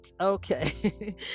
okay